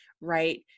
right